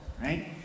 right